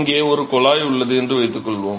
இங்கே ஒரு குழாய் உள்ளது என்று வைத்துக்கொள்வோம்